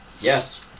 yes